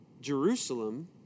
Jerusalem